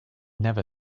never